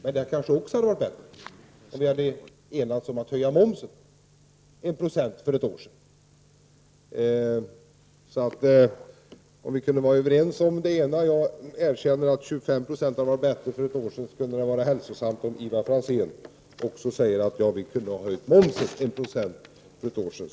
Men det hade kanske också varit bättre om vi kunnat enas om att höja momsen med 1 9 för ett år sedan. Om jag kan erkänna att det skulle ha varit bättre med 25 90 i investeringsskatt för ett år sedan, skulle det vara hälsosamt om Ivar Franzén också kunde säga att det skulle fått effekt om vi höjt momsen med 1 9 för ett år sedan.